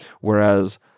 whereas